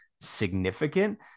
significant